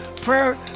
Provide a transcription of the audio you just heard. prayer